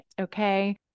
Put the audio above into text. okay